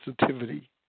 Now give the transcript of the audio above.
sensitivity